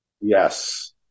Yes